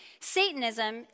Satanism